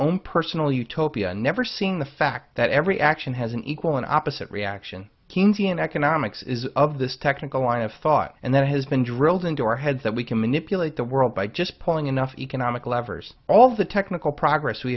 own personal utopia never seeing the fact that every action has an equal and opposite reaction kenyan economics is of this technical line of thought and that has been drilled into our heads that we can manipulate the world by just pulling enough economic levers all the technical progress we